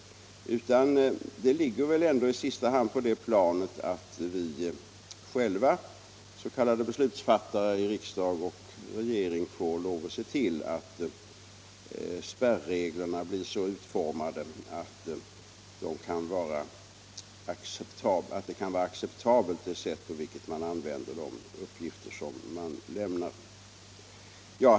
I sista hand ligger väl det hela på det planet att vi själva — s.k. beslutsfattare i riksdag och regering — får lov att se till, att spärreglerna blir så utformade att det sätt på vilket man använder de uppgifter som lämnas kan vara acceptabelt.